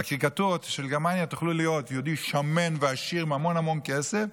בקריקטורות של גרמניה תוכלו לראות יהודי שמן ועשיר עם המון המון כסף,